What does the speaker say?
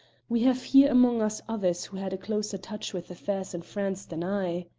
we have here among us others who had a closer touch with affairs in france than i.